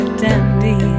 dandy